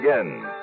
again